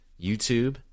YouTube